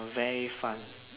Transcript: very fun